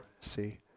see